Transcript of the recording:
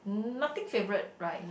nothing favourite right